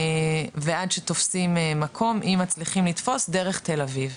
ועד שתופסים מקום, אם מצליחים לתפוס, דרך תל אביב.